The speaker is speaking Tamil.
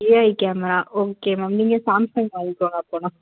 ஏஐ கேமரா ஓகே மேம் நீங்கள் சாம்சங் வாங்கிக்கோங்கள் அப்படின்னா